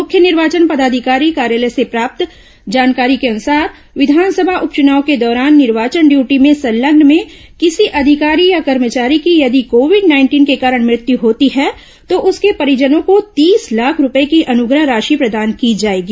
मुख्य निर्वाचन पदाधिकारी कार्यालय से प्राप्त जानकारी के अनुसार विधानसभा उपचुनाव के दौरान निर्वाचन ड्यूटी में संलग्न में किसी अधिकारी या कर्मचारी की यदि कोविड नाइंटीन के कारण मृत्यु होती है तो उसके परिजनों को तीस लाख रूपये की अनुग्रह राशि प्रदान की जाएगी